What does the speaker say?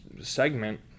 segment